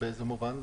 באיזה מובן?